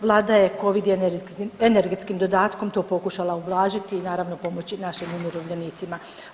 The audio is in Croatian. Vlada je Covid i energetskim dodatkom to pokušala ublažiti i naravno, pomoći našim umirovljenicima.